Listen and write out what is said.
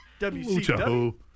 WCW